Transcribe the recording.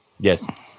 Yes